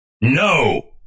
No